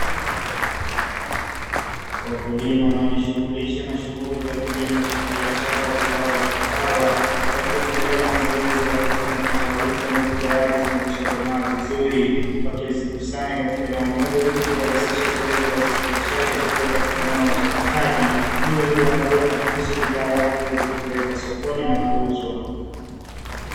Wakulima wanaojishughulisha na shughuli za kilimo cha kibiashara cha zao la kahawa, wakiendelea na zoezi la kuvuna kahawa hizo ambazo tayari zimekwishakomaa vizuri, wakizikusanya katika eneo moja ili kurahisisha zoezi la usafirishaji kupeleka katika eneo la uchakataji, ili iweze kuandaliwa na kisha bidhaa yake iweze kupelekwa sokoni na kuuzwa.